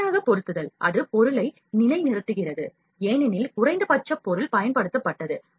தானாக பொருத்துதல் அது பொருளை நிலைநிறுத்துகிறது ஏனெனில் குறைந்தபட்ச பொருள் பயன்படுத்தப்பட்டது